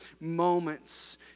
moments